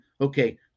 okay